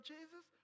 Jesus